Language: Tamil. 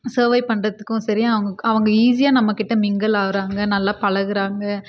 சர்வை பண்ணுறத்துக்கும் சரி அவங்குக் அவங்க ஈஸியாக நம்மகிட்ட மிங்கில் ஆகுறாங்க நல்லா பழகுறாங்க